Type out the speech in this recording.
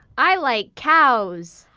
i like cows!